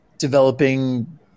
developing